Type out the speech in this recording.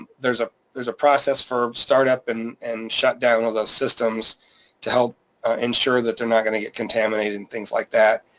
there's ah there's a process for start up and and shut down of those systems to help ensure that they're not gonna get contaminated and things like that,